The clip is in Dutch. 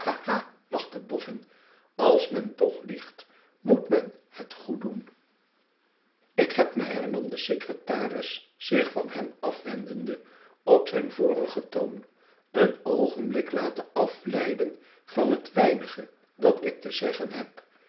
lachte boffin als men toch liegt moet men het goed doen ik heb mij hernam de secretaris zich van hem afwendende op zijn vorigen toon een oogenblik laten afleiden van het weinige dat ik te zeggen heb